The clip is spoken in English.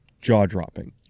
jaw-dropping